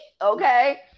okay